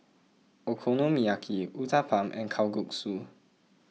where is Okonomiyaki Uthapam and Kalguksu